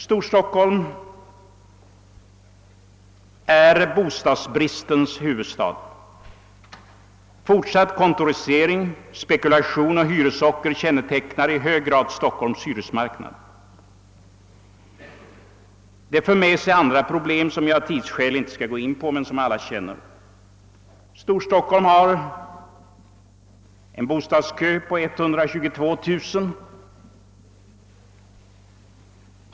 Storstockholm är bostadsbristens huvudstad. Fortsatt kontorisering, spekulation och hyresocker kännetecknar i hög grad Stockholms hyresmarknad. Det för med sig andra problem som jag av tidsskäl inte skall gå in på men som alla känner. Storstockholm har en bostadskö på 122000 personer.